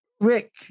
Rick